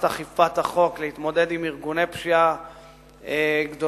אכיפת החוק להתמודד עם ארגוני פשיעה גדולים,